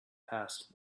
passed